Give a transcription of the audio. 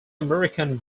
american